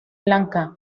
lanka